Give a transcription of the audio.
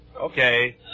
Okay